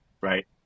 right